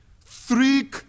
three